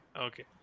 okay